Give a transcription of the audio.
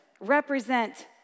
Represent